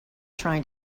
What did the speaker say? trying